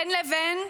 בין לבין,